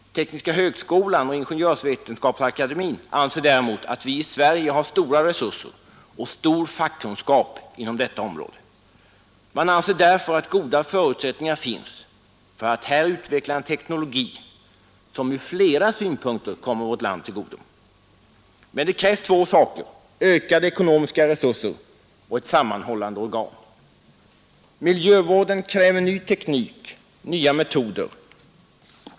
Tekniska högskolan och Ingenjörsvetenskapsakademien anser däremot att vi i Sverige har stora resurser och stor fackkunskap inom detta område. Man anser därför att goda förutsättningar finns för att här utveckla en teknologi som ur flera synpunkter kommer vårt land till godo. Men det krävs två saker: ökade ekonomiska resurser och ett sammanhållande organ. Miljövården kräver ny teknik, nya metoder.